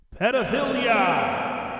pedophilia